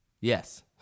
Yes